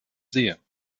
sehr